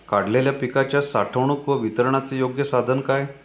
काढलेल्या पिकाच्या साठवणूक व वितरणाचे योग्य साधन काय?